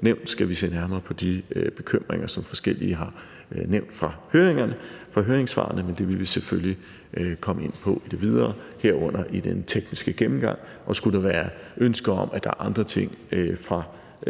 nævnt, skal vi se nærmere på de bekymringer, som forskellige har nævnt fra høringssvarene. Men det vil vi selvfølgelig komme ind på i det videre, herunder i den tekniske gennemgang. Og skulle der være ønsker om teknisk gennemgang af andre ting fra